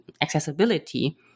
accessibility